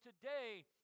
today